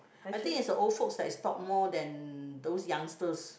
I think is the old folks that is talk more than those youngsters